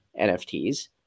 NFTs